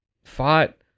fought